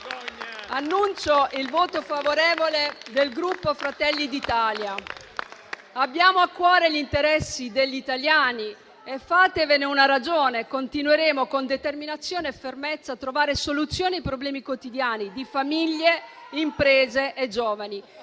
pertanto il voto favorevole del Gruppo Fratelli d'Italia. Abbiamo a cuore gli interessi degli italiani e fatevene una ragione: continueremo con determinazione e fermezza a trovare soluzioni ai problemi quotidiani di famiglie, imprese e giovani,